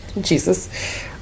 Jesus